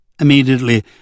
Immediately